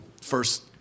first